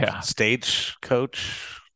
stagecoach